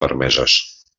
permeses